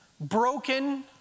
broken